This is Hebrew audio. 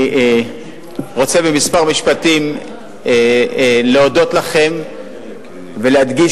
אני רוצה בכמה משפטים להודות לכם ולהדגיש